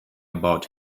about